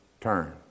turn